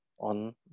on